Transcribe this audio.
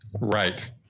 Right